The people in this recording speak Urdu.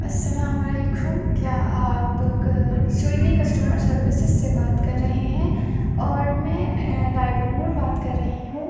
السلام علیکم کیا آپ سویگی کسٹمر سروسس سے بات کر رہے ہیں اور میں لائبہ نور بات کر رہی ہوں